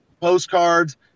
postcards